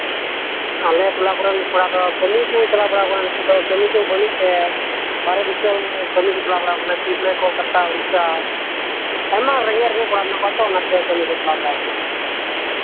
ᱟᱞᱮ ᱴᱚᱞᱟ ᱠᱚᱨᱮᱱ ᱠᱚᱲᱟ ᱫᱚ ᱠᱟᱹᱢᱤ ᱠᱚ ᱪᱟᱞᱟᱣ ᱵᱟᱲᱟ ᱠᱟᱱᱟ ᱱᱤᱛᱚᱜ ᱫᱚ ᱠᱟᱹᱢᱤ ᱠᱚ ᱵᱟᱹᱱᱩᱜ ᱛᱮ ᱵᱟᱨᱦᱮ ᱫᱤᱥᱚᱢ ᱠᱟᱹᱢᱤ ᱠᱚ ᱪᱟᱞᱟᱣ ᱵᱟᱲᱟᱣ ᱠᱟᱱᱟ ᱠᱚᱞᱠᱟᱛᱟ ᱩᱲᱤᱥᱥᱟ ᱟᱭᱢᱟ ᱨᱮᱸᱜᱮᱡ ᱚᱨᱮᱡ ᱠᱚᱲᱟ ᱠᱚ ᱢᱮᱱᱟᱜ ᱠᱚᱣᱟ ᱛᱚ ᱚᱱᱟᱛᱮ ᱠᱟᱹᱢᱤ ᱠᱚ ᱪᱟᱞᱟᱣ ᱵᱟᱲᱟᱣ ᱠᱟᱱᱟ